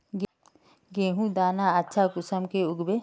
गेहूँर दाना अच्छा कुंसम के उगबे?